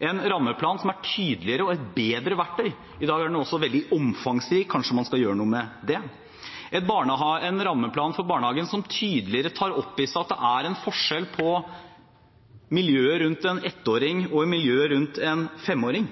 En rammeplan som er tydeligere og et bedre verktøy – i dag er den også veldig omfangsrik, kanskje man skal gjøre noe med det. En rammeplan for barnehagen som tydeligere tar opp i seg at det er en forskjell på miljøet rundt en ettåring og miljøet rundt en femåring.